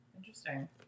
Interesting